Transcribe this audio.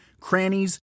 crannies